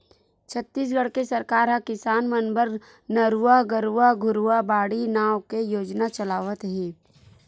छत्तीसगढ़ के सरकार ह किसान मन बर नरूवा, गरूवा, घुरूवा, बाड़ी नांव के योजना चलावत हे